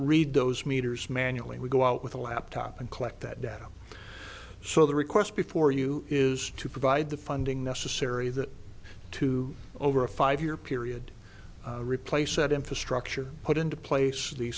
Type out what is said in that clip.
read those meters manually we go out with a laptop and collect that data so the request before you is to provide the funding necessary that to over a five year period replace that infrastructure put into place the